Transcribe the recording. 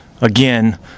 again